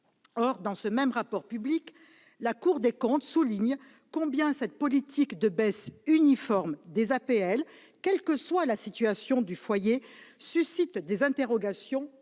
Or, dans ce même rapport public, la Cour des comptes souligne combien cette politique de baisse uniforme des APL, quelle que soit la situation du foyer, suscite des interrogations